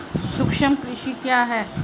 सूक्ष्म कृषि क्या है?